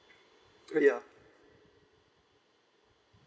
ya